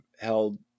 held